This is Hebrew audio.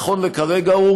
נכון לכרגע,